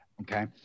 Okay